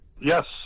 Yes